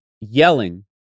yelling